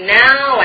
now